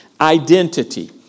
identity